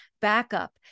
backup